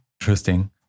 Interesting